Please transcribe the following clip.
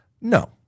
No